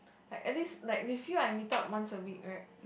like at least like with you I meet up once a week right